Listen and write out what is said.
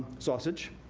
sausage,